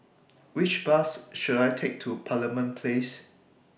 Which Bus should I Take to Parliament Place